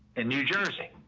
and new jersey.